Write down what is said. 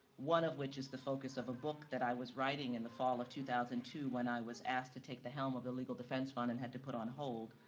one of which is the focus of a book that i was writing in the fall of two thousand and two, when i was asked to take the helm of the legal defense fund and had to put on hold.